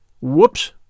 Whoops